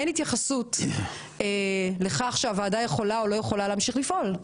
אין התייחסות לכך שהוועדה יכולה או לא יכולה להמשיך לפעול.